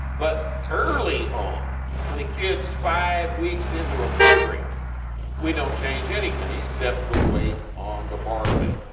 but, early on when a kids five weeks into a program we dont change anything except the weight on the barbell